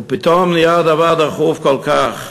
ופתאום נהיה הדבר דחוף כל כך.